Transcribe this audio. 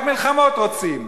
לא, רק מלחמות רוצים.